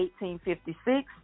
1856